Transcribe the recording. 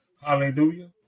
Hallelujah